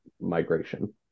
migration